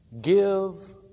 Give